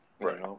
Right